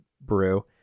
brew